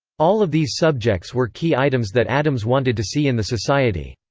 all of these subjects were key items that addams wanted to see in the society.